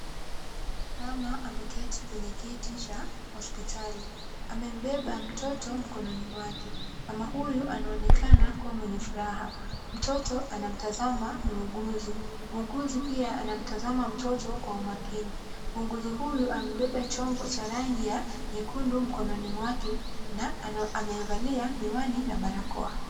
Mama ameketi kwenye kiti cha hospitali. Amembeba mtoto mkononi mwake. Mama huyu anaonekana kuwa mwenye furaha. Mtoto anamtazama muuguzi. Muuguzi pia anamtazama mtoto kwa umakini. Muuguzi huyu amebeba chombo cha rangi ya nyekundu mkononi mwake na amevalia miwani na barakoa.